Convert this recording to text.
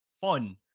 fun